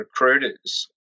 recruiters